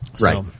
Right